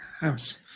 house